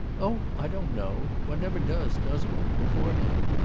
oh i don't know. one never does does one beforehand.